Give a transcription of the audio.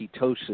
ketosis